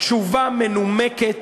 תשובה מנומקת,